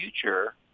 future